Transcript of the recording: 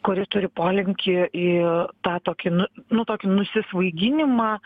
kurie turi polinkį į tą tokį nu nu tokį nusisvaiginimą